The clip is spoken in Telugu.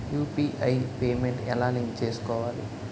యు.పి.ఐ పేమెంట్ ఎలా లింక్ చేసుకోవాలి?